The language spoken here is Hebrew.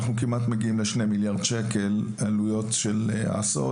אנחנו מגיעים לכמעט 2 מיליארד שקל בעלויות של ההסעות.